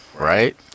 Right